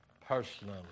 personally